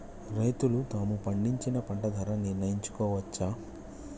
రైతులు తాము పండించిన పంట ధర నిర్ణయించుకోవచ్చా?